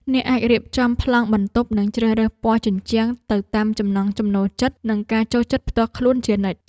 អ្នកអាចរៀបចំប្លង់បន្ទប់និងជ្រើសរើសពណ៌ជញ្ជាំងទៅតាមចំណង់ចំណូលចិត្តនិងការចូលចិត្តផ្ទាល់ខ្លួនជានិច្ច។